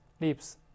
Lips